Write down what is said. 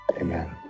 amen